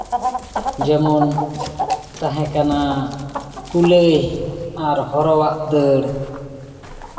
ᱡᱮᱢᱚᱱ ᱛᱟᱦᱮᱸ ᱠᱟᱱᱟ ᱠᱩᱞᱟᱹᱭ ᱟᱨ ᱦᱚᱨᱚ ᱟᱜ ᱫᱟᱹᱲ